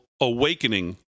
awakening